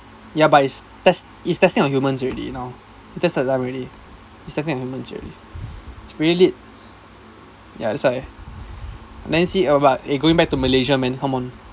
ya but test it's testing on humans already now test that time already it's testing on humans already it's really ya that's why then see about it eh going back to malaysia man come on